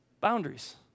Boundaries